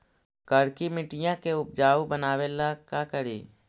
करिकी मिट्टियां के उपजाऊ बनावे ला का करी?